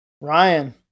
Ryan